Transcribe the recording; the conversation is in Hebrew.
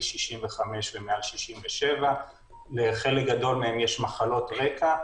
65 ומעל 67. לחלק גדול יש מחלות רקע,